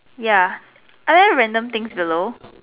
ya are there random things below